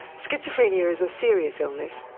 schizophrenia is a serious illness,